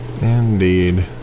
Indeed